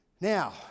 Now